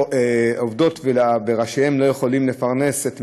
עובדות וראשיהם לא יכולים לפרנס את משפחותיהם.